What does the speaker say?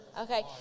Okay